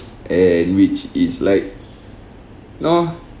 and which is like no